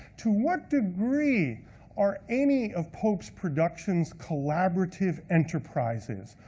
to what degree are any of pope's productions collaborative enterprises.